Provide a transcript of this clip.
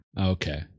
Okay